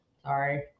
Sorry